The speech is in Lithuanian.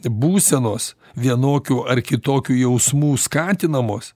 būsenos vienokių ar kitokių jausmų skatinamos